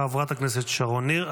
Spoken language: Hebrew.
חברת הכנסת שרון ניר,